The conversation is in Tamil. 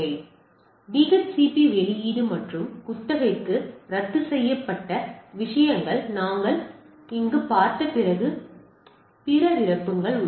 எனவே டிஹெச்சிபி வெளியீடு மற்றும் குத்தகைக்கு ரத்து செய்யப்பட்ட விஷயங்களை நாங்கள் இங்கு பார்த்த பிற விருப்பங்கள் உள்ளன